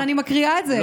אבל אני מקריאה את זה.